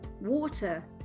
water